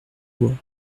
bois